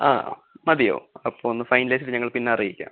ആ മതിയോ അപ്പോൾ ഒന്ന് ഫൈനലൈസ് ചെയ്ത് ഞങ്ങള് പിന്നെ അറിയിക്കാം